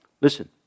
Listen